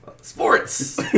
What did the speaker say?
Sports